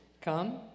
come